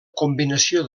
combinació